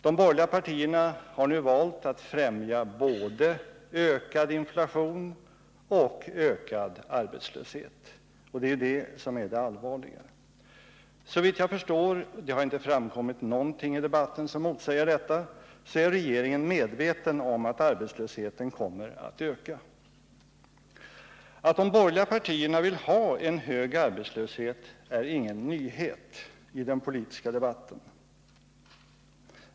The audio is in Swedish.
De borgerliga partierna har nu valt att främja både ökad inflation och ökad arbetslöshet, och det är det som är det allvarliga. Såvitt jag förstår — det har inte framkommit någonting i debatten som motsäger det — är regeringen medveten om att arbetslösheten kommer att öka. Att de borgerliga partierna vill ha en hög arbetslöshet är ingen nyhet i den politiska debatten.